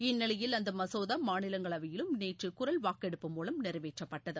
இந்நிலையில் அந்த மசோதா மாநிலங்களவையிலும் நேற்று குரல் வாக்கெடுப்பு மூலம் நிறைவேற்றப்பட்டது